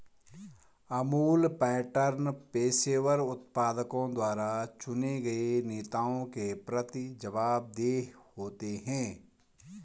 Amul pattern पेशेवर उत्पादकों द्वारा चुने गए नेताओं के प्रति जवाबदेह होते हैं